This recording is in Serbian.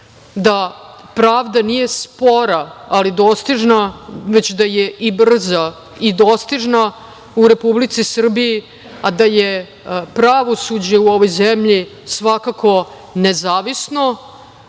da pravda nije spora ali dostižna, već da je i brza i dostižna u Republici Srbiji, a da je pravosuđe u ovoj zemlji svakako nezavisno,